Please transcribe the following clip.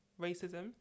racism